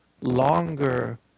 longer